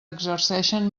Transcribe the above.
exerceixen